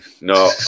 No